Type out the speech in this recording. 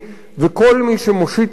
וכל מי שמושיט לו סיוע,